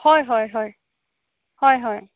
হয় হয় হয় হয় হয়